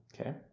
Okay